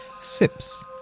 sips